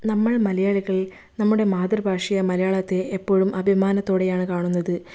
നമ്മൾ മലയാളികൾ നമ്മുടെ മാതൃഭാഷയായ മലയാളത്തെ എപ്പോഴും അഭിമാനത്തോടെയാണ് കാണുന്നത്